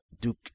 Duke